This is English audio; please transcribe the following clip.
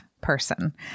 person